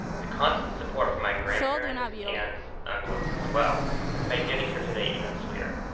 the constant support from my grandparents, aunts, uncles as well has made getting here today even sweeter.